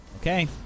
Okay